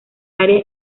área